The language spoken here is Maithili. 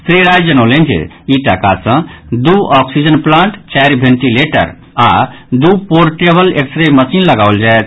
श्री राय जनौलनि जे ई टाका सँ दू ऑक्सीजन प्लांट चारि वेंटीलेटर आओर दू पोरटेबल एक्स रे मशीन लगाओल जायत